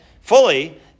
fully